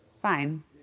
fine